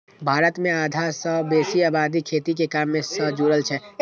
भारत मे आधा सं बेसी आबादी खेती के काम सं जुड़ल छै